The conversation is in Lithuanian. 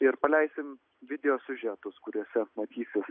ir paleisim video siužetus kuriuose matysis